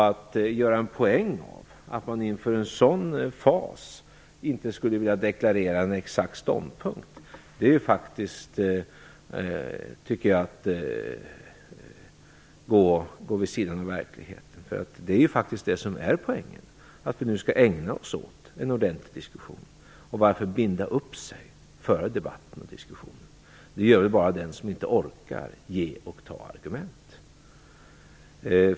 Att göra en poäng av att man inför en sådan fas inte skulle vilja deklarera en exakt ståndpunkt är faktiskt, tycker jag, att gå vid sidan av verkligheten. Poängen är ju att vi nu skall ägna oss åt en ordentlig diskussion. Varför då binda upp sig före debatten och diskussionerna? Det gör väl bara den som inte orkar ge och ta argument.